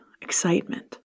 excitement